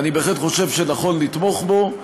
אני בהחלט חושב שנכון לתמוך בו.